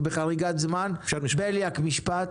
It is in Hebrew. בליאק, משפט.